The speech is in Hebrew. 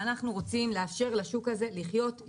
אנחנו רוצים לאפשר לשוק הזה לחיות,